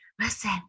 listen